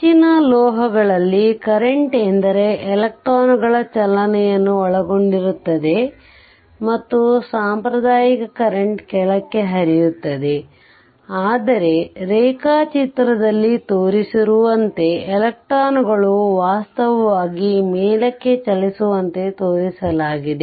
ಹೆಚ್ಚಿನ ಲೋಹಗಳಲ್ಲಿ ಕರೆಂಟ್ ಎಂದರೆ ಎಲೆಕ್ಟ್ರಾನ್ಗಳ ಚಲನೆಯನ್ನು ಒಳಗೊಂಡಿರುತ್ತದೆ ಮತ್ತು ಸಾಂಪ್ರದಾಯಿಕ ಕರೆಂಟ್ ಕೆಳಕ್ಕೆ ಹರಿಯುತ್ತದೆ ಆದರೆ ರೇಖಾಚಿತ್ರದಲ್ಲಿ ತೋರಿಸಿರುವಂತೆ ಎಲೆಕ್ಟ್ರಾನ್ಗಳು ವಾಸ್ತವವಾಗಿ ಮೇಲಕ್ಕೆ ಚಲಿಸುವಂತೆ ತೋರಿಸಲಾಗಿದೆ